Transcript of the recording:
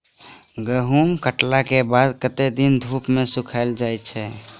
गहूम कटला केँ बाद कत्ते दिन धूप मे सूखैल जाय छै?